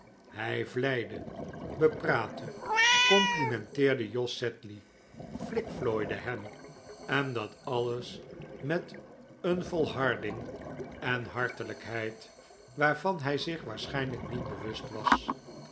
hij vleide bepraatte complimenteerde jos sedley flikflooide hem en dat alles met een volharding en hartelijkheid waarvan hij zich waarschijnlijk niet bewust was